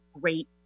great